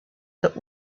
that